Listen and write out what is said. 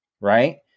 right